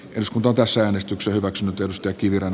jos kuntotaso äänestyksen hyväksynyt jos tölkkiviran